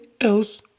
else